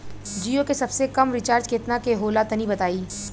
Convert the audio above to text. जीओ के सबसे कम रिचार्ज केतना के होला तनि बताई?